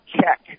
check